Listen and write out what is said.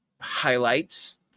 highlights